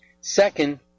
Second